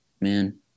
Man